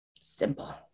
Simple